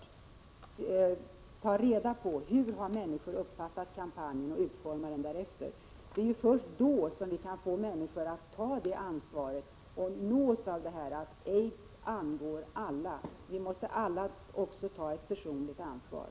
Vi måste ta reda på hur människor har uppfattat kampanjen, med tanke på den framtida utformningen av denna. Först då kan vi få människor att ta eget ansvar och först då kan vi nå ut till människorna med budskapet att aids angår alla. Alla måste vi, som sagt, ta personligt ansvar.